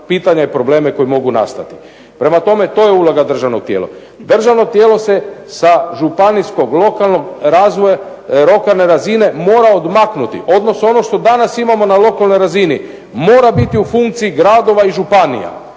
pitanja i probleme koje mogu nastati. Prema tome to je uloga državnog tijela. Državno tijelo se sa županijskog, lokalne razine mora odmaknuti, odnosno ono što danas imamo na lokalnoj razini mora biti u funkciji gradova i županija,